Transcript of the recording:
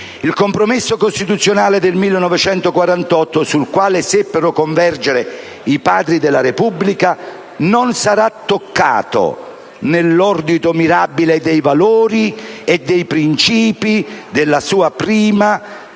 Il compromesso costituzionale del 1948, sul quale seppero convergere i Padri della Repubblica, non sarà toccato nell'ordito mirabile dei valori e dei principi della sua prima